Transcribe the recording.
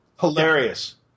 hilarious